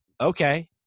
okay